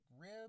rib